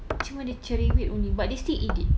cuma they cerewet only but they still eat it